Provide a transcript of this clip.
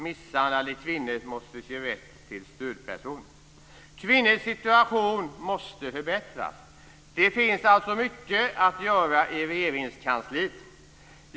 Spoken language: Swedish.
Misshandlade kvinnor måste ges rätt till stödperson. Kvinnors situation måste förbättras. Det finns alltså mycket att göra i Regeringskansliet.